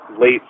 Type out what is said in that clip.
late